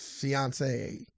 fiance